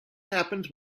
happens